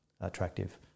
attractive